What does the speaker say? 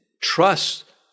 trust